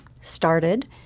started